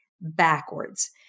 backwards